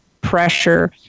pressure